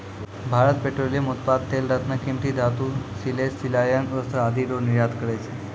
Bharat petroleum उत्पाद तेल रत्न कीमती धातु सिले सिलायल वस्त्र आदि रो निर्यात करै छै